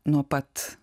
nuo pat